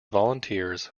volunteers